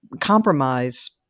compromise